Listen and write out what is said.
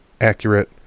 accurate